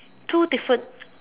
two different